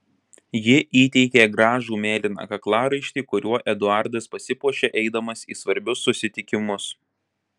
ji įteikė gražų mėlyną kaklaraištį kuriuo eduardas pasipuošia eidamas į svarbius susitikimus